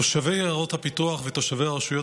תושבי עיירות הפיתוח ותושבי הרשויות